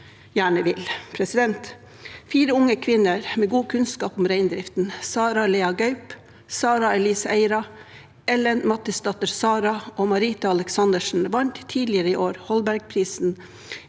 gjerne vil. Fire unge kvinner med god kunnskap om reindriften, Sara Lea Gaup, Sara Elise Eira, Ellen Mathisdatter Sara og Marita Alexandersen, vant tidligere i år Holbergprisen